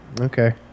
Okay